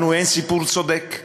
לנו אין סיפור צודק,